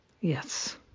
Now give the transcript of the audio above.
Yes